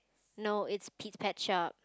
no it's Pete's Pet Shop